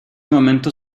momento